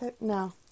No